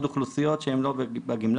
עוד אוכלוסיות שהם לא בגמלה,